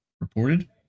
reported